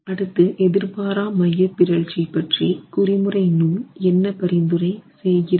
அடுத்து எதிர்பாரா மையப்பிறழ்ச்சி பற்றி குறிமுறை நூல் என்ன பரிந்துரை செய்கிறது